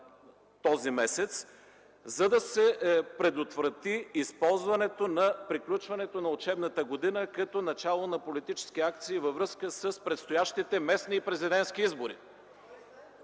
този месец, за да се предотврати използването на приключването на учебната година като начало на политически акции във връзка с предстоящите местни и президентски избори.